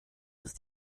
ist